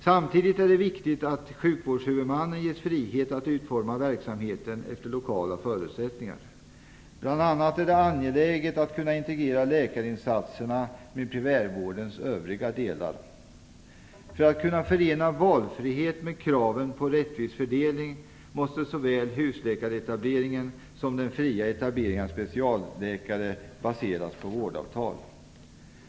Samtidigt är det viktigt att sjukvårdshuvudmännen ges frihet att utforma verksamheten efter lokala förutsättningar. Bl.a. är det angeläget att kunna integrera läkarinsatserna med primärvårdens övriga delar. För att kunna förena valfriheten med kraven på rättvis fördelning måste såväl husläkaretableringen som den fria etableringen av specialläkare baseras på vårdavtal.